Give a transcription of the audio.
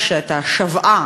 את השוועה,